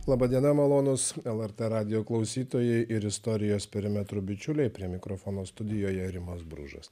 laba diena malonūs lrt radijo klausytojai ir istorijos perimetro bičiuliai prie mikrofono studijoje rimas bružas